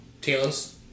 Talos